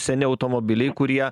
seni automobiliai kurie